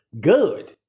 good